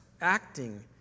acting